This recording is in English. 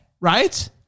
right